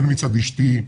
הן מצד אשתי,